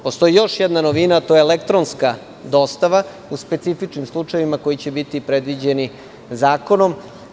Postoji još jedna novina, a to je elektronska dostava, u specifičnim slučajevima koji će biti predviđeni zakonom.